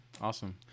Awesome